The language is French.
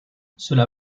cela